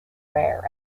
rare